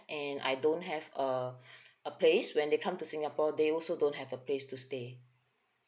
and I don't have a a place when they come to singapore they also don't have a place to stay